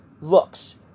looks